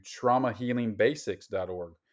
TraumaHealingBasics.org